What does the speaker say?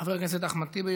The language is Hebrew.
חבר הכנסת אחמד טיבי,